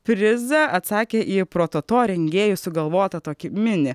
prizą atsakę į prototo rengėjų sugalvotą tokį mini